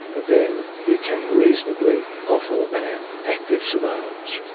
then you can reasonably offer the man active surveillance.